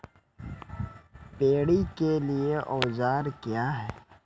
Paddy के लिए औजार क्या हैं?